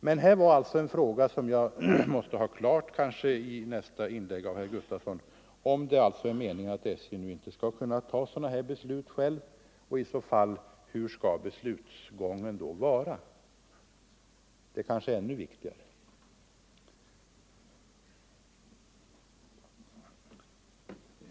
Men här var det en fråga som jag kanske får klargjord i nästa inlägg av herr Gustavsson - om det alltså är meningen att SJ inte skall kunna ta sådana här beslut självt och, i så fall, hur beslutsgången då skall vara. Det senare är kanske ännu viktigare.